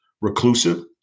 reclusive